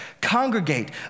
congregate